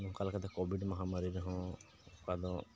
ᱱᱚᱝᱠᱟ ᱞᱮᱠᱟᱛᱮ ᱠᱳᱵᱤᱰ ᱢᱚᱦᱟᱢᱟᱹᱨᱤ ᱨᱮᱦᱚᱸ ᱚᱠᱟᱫᱚ